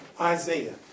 Isaiah